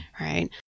right